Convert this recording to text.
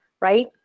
Right